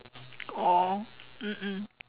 or mm mm